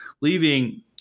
leaving